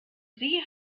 sie